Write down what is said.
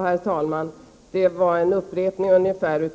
Herr talman! Detta var i stort sett en upprepning